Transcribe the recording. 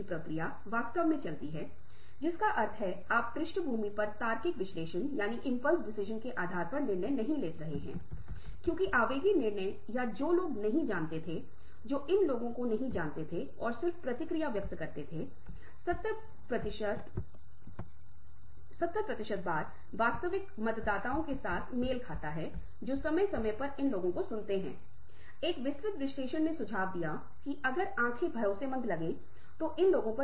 जब आप ऐसा करते हैं तो आपकी धारणा स्पष्ट रूप से तेज हो जाती है तो ऐसा करना समय के सभी अंकओं पर संभव नहीं है लेकिन यदि आप इस तरह का रवैया विकसित करने की कोशिश करते हैं तो आपकी धारणा बन जाती है क्योंकि हर बार जब आप अधिक ऊर्जावान होते हैं तो आप अधिक चौकस हैं आप अधिक जोरदार हैं इसमें आपकी यादें हैं आपकी कुल सांद्रता है